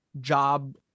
job